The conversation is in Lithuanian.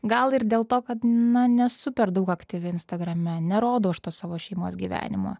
gal ir dėl to kad na nesu per daug aktyvi instagrame nerodau aš to savo šeimos gyvenimo